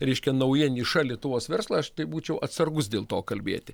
reiškia nauja niša lietuvos verslui aš tai būčiau atsargus dėl to kalbėti